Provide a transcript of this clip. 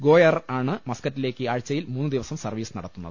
go air ആണ് മസ്കറ്റി ലേക്ക് ആഴ്ചയിൽ മൂന്നുദിവസം സർവീസ് നടത്തുന്നത്